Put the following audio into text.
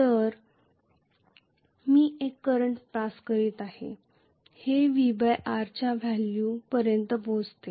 तर मी एक करंट पास करत आहे हे VR च्या व्हॅल्यू पर्यंत पोचते